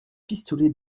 pistolets